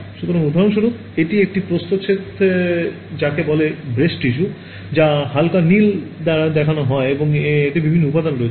সুতরাং উদাহরণস্বরূপ এটি একটি প্রস্থচ্ছেদ যাকে বলে ব্রেস্ট টিস্যু যা হালকা নীল দ্বারা দেওয়া হয় এবং এতে বিভিন্ন উপাদান রয়েছে